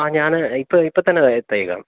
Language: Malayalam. ആ ഞാന് ഇപ്പം ഇപ്പം തന്നെ എത്തിയേക്കാം